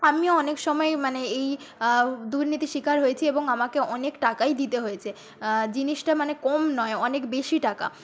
আমিও অনেকসময় মানে এই দুর্নীতির শিকার হয়েছি এবং আমাকে অনেক টাকাই দিতে হয়েছে জিনিসটা মানে কম নয় অনেক বেশি টাকা